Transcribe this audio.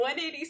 180